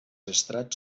estrats